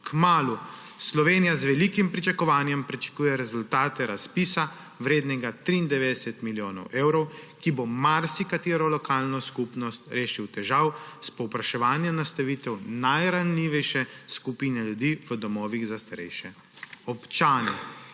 kmalu. Slovenija z velikim pričakovanjem pričakuje rezultate razpisa, vrednega 93 milijonov evrov, ki bo marsikatero lokalno skupnost rešil težav s povpraševanjem za nastavitev najranljivejše skupine ljudi v domovih za starejše občane.